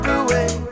away